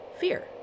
fear